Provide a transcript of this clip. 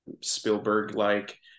Spielberg-like